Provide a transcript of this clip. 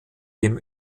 dem